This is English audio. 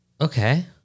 okay